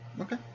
okay